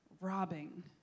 robbing